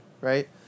right